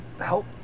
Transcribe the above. help